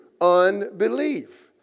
unbelief